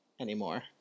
anymore